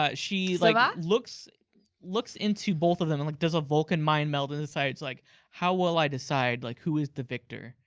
ah she like ah looks looks into both of them and like does a vulcan mind meld, and its like how will i decide like who is the victor?